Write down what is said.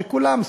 שכולם,